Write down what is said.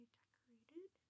decorated